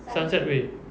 sunset way